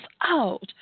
out